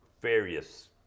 various